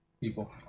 people